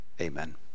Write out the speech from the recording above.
amen